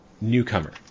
newcomer